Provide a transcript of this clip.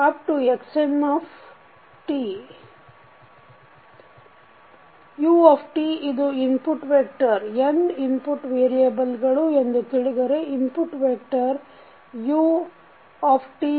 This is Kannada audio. xn u ಇದು ಇನ್ಪುಟ್ ವೆಕ್ಟರ್ n ಇನ್ಪುಟ್ ವೇರಿಯಬಲ್ಗಳು ಎಂದು ತಿಳಿದರೆ ಇನ್ಪುಟ್ ವೆಕ್ಟರ್ utu1 u2